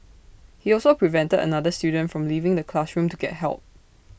he also prevented another student from leaving the classroom to get help